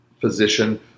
physician